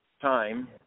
time